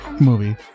movie